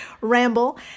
ramble